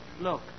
look